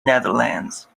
netherlands